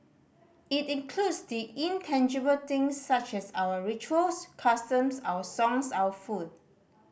it includes the intangible things such as our rituals customs our songs our food